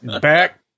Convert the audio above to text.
back